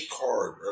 card